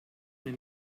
mir